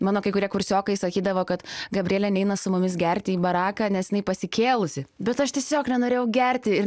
mano kai kurie kursiokai sakydavo kad gabrielė neina su mumis gerti į baraką nes jinai pasikėlusi bet aš tiesiog nenorėjau gerti ir